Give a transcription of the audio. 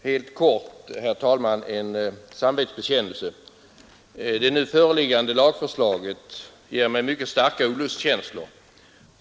Herr talman! Tillåt mig göra en kort samvetsbekännelse. Det nu föreliggande lagförslaget inger mig mycket starka olustkänslor.